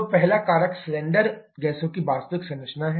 तो पहला कारक सिलेंडर गैसों की वास्तविक संरचना है